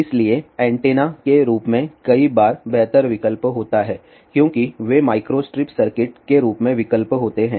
इसलिए ऐन्टेना के रूप में कई बार बेहतर विकल्प होता है क्योंकि वे माइक्रोस्ट्रिप सर्किट के रूप में विकल्प होते हैं